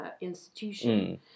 institution